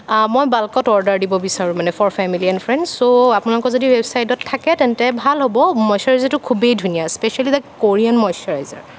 মই বাল্কত অৰ্ডাৰ দিব বিচাৰোঁ মানে for family and friends so আপোনালোকৰ যদি ৱেবছাইটত থাকে তেন্তে ভাল হ'ব মইশ্ৱৰাইজাৰটো যে খুবেই ধুনীয়া স্পেচিয়েলি দ্য় কোৰীয়ান মইশ্ৱৰাইজাৰ